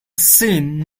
seen